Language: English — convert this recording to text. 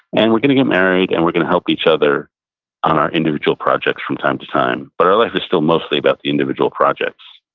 and we're going to get married and we're going to help each other on our individual projects from time to time, but our life is still mostly about the individual projects.